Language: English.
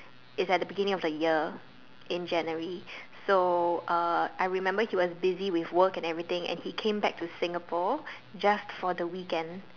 it's at the beginning of the year in January so uh I remember he was busy with work and everything and he came back to Singapore just for the weekend